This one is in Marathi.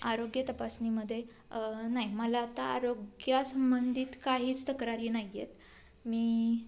आरोग्य तपासणीमध्ये नाही मला आता आरोग्यासंबंधित काहीच तक्रारी नाही आहेत मी